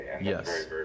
Yes